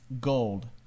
gold